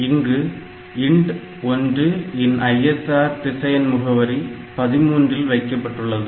இங்கு INT1 இன் ISR திசையன் முகவரி 13 இல் வைக்கப்பட்டுள்ளது